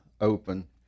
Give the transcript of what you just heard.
open